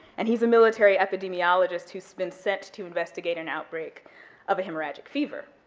and he's a military epidemiologist who's been sent to investigate an outbreak of a hemorrhagic fever.